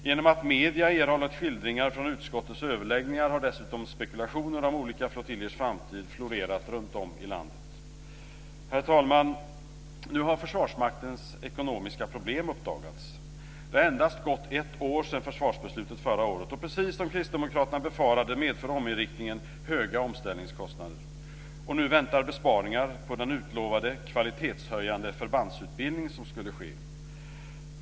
Genom att medierna erhållit skildringar från utskottets överläggningar har dessutom spekulationer om olika flottiljers framtid florerat runtom i landet. Herr talman! Nu har Försvarsmaktens ekonomiska problem uppdagats. Det har endast gått ett år sedan försvarsbeslutet förra året, och precis som kristdemokraterna befarade medför ominriktningen höga omställningskostnader. Nu väntar besparingar på den utlovade kvalitetshöjande förbandsutbildning som skulle ske.